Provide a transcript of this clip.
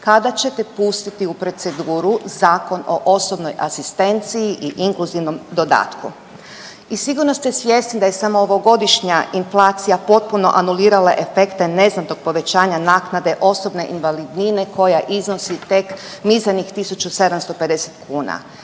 kada ćete pustiti u proceduru zakon o osobnoj asistenciji i inkluzivnom dodatku? I sigurno ste svjesni da je samo ovogodišnja inflacija potpuno anulirala efekte neznatnog povećanja naknade osobne invalidnine koja iznosi tek mizernih 1750 kuna.